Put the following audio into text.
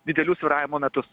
didelių svyravimų metus